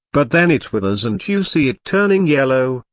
but then it withers and you see it turning yellow,